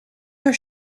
your